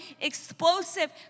explosive